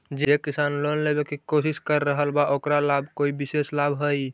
जे किसान लोन लेवे के कोशिश कर रहल बा ओकरा ला कोई विशेष लाभ हई?